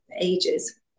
ages